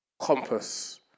compass